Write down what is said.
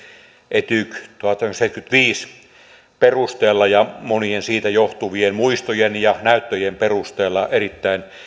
etykin tuhatyhdeksänsataaseitsemänkymmentäviisi perusteella ja monien siitä johtuvien muistojen ja näyttöjen perusteella erittäin